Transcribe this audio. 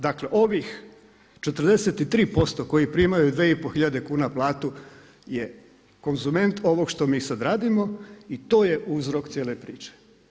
Dakle, ovih 43% koji primaju dvije i pol hiljade kuna platu je konzument ovog što mi sad radimo i to je uzrok cijele priče.